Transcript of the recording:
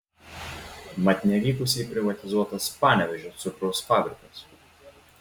mat nevykusiai privatizuotas panevėžio cukraus fabrikas